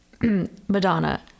Madonna